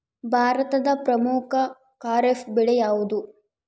ಭಾರತದ ಪ್ರಮುಖ ಖಾರೇಫ್ ಬೆಳೆ ಯಾವುದು?